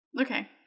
Okay